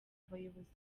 abayobozi